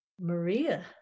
Maria